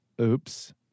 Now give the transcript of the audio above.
Oops